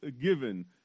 given